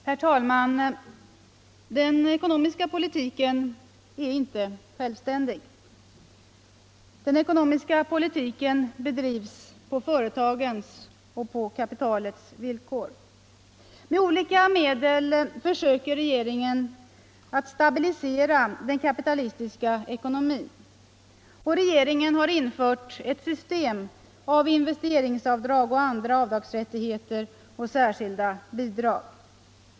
Herr talman! Den ekonomiska politiken är inte självständig. Den ekonomiska politiken bedrivs på företagens och på kapitalets villkor. Med olika medel försöker regeringen att stabilisera den kapitalistiska ekonomin. Regeringen har infört ett system av investeringsavdrag och andra avdrag och särskilda bidrag.